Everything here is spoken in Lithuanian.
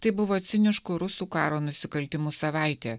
tai buvo ciniškų rusų karo nusikaltimų savaitė